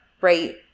right